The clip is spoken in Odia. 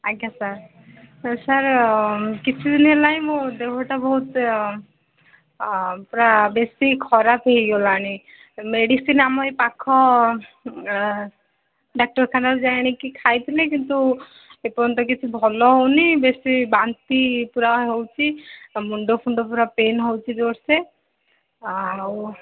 ଆଜ୍ଞା ସାର୍ ସାର୍ କିଛିଦିନ ହେଲାଣି ମୋ ଦେହଟା ବହୁତ ପୁରା ବେଶୀ ଖରାପ ହୋଇଗଲାଣି ମେଡ଼ିସିନ୍ ଆମ ଏଇ ପାଖ ଡାକ୍ତରଖାନାକୁ ଯାଇକି ଆଣି ଖାଇଥିଲି କିନ୍ତୁ ଏପର୍ଯ୍ୟନ୍ତ କିଛି ଭଲ ହେଉନି ବେଶୀ ବାନ୍ତି ପୁରା ହେଉଛି ମୁଣ୍ଡ ଫୁଣ୍ଡ ପୁରା ପେନ୍ ହେଉଛି ଜୋର୍ସେ ଆଉ